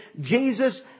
Jesus